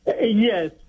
yes